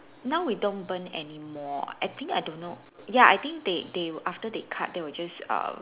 now we don't burn anymore I think I don't know ya I think they they after they cut they will just uh